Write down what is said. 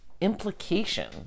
implication